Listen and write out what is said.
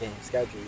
schedule